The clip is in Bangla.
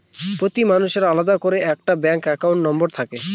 প্রতি মানুষের আলাদা করে একটা ব্যাঙ্ক একাউন্ট নম্বর থাকে